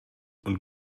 und